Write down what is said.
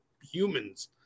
humans